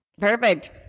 Perfect